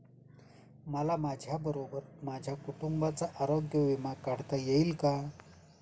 मला माझ्याबरोबर माझ्या कुटुंबाचा आरोग्य विमा काढता येईल का?